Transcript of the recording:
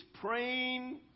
praying